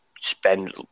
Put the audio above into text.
spend